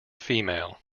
female